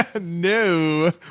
No